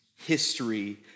history